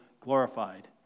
glorified